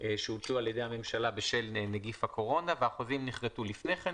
שהוטלו על ידי הממשלה בשל נגיף הקורונה והחוזים נכרתו לפני כן.